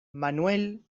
manuel